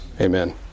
amen